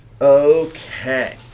Okay